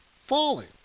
falling